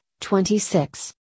26